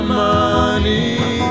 money